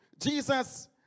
Jesus